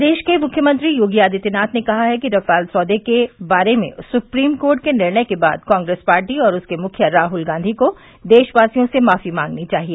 प्रदेश के मुख्यमंत्री योगी आदित्यनाथ ने कहा है कि राफेल सौदे के बारे में सुप्रीम कोर्ट के निर्णय के बाद कांग्रेस पार्टी और उसके मुखिया राहुल गांधी को देशवासियों से माफी मांगनी चाहिए